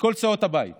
לכל סיעות הבית